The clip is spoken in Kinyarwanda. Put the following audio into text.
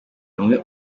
bamwe